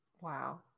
Wow